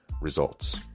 Results